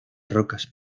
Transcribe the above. rocas